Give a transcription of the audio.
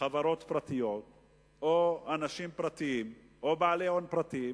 חברות פרטיות או אנשים פרטיים או בעלי הון פרטיים,